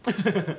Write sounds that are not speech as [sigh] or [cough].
[laughs]